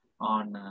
on